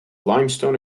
limestone